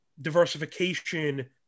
diversification